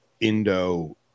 Indo